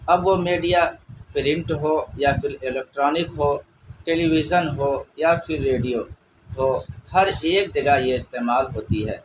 اب وہ media print ہو یا پھر الیکٹرانک ہو ٹیلیویژن ہو یا پھر ریڈیو ہو ہر ایک جگہ یہ استعمال ہوتی ہے